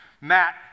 Matt